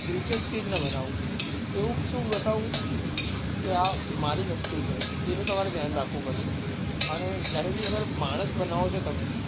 દિલચસ્પ કેવી રીતના બનાવું એવું શું બતાવું કે આ મારી વસ્તુ છે એનું તમારે ધ્યાન રાખવું પડશે અને જ્યારે બી અગર માણસ બનાવો છો તમે